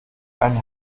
einen